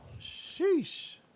Sheesh